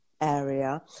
area